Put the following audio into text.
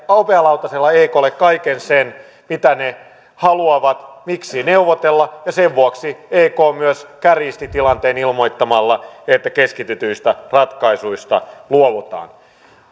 hopealautasella eklle kaiken sen mitä ne haluavat miksi neuvotella sen vuoksi ek myös kärjisti tilanteen ilmoittamalla että keskitetyistä ratkaisuista luovutaan